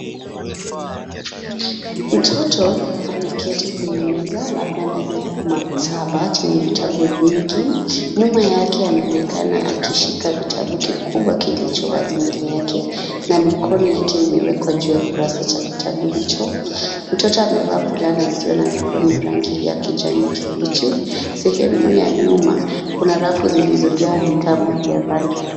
Mtoto ameketi kwenye meza, labda ndani ya maktaba chenye vitabu vingi. Nyuma yake anaonekana akishika kitabu kikubwa kilicho wazi mbele yake na mikono yake imewekwa juu ya kurasa cha kitabu hicho. Mtoto amevaa fulana isiyo na mikono ya rangi ya kijani kibichi . Sehemu ya nyuma, kuna rafu zilizojaa vitabu vya rangi tofauti.